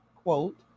Quote